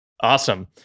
Awesome